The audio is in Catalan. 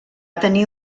tenir